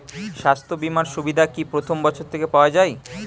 স্বাস্থ্য বীমার সুবিধা কি প্রথম বছর থেকে পাওয়া যায়?